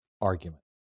argument